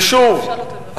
ושוב,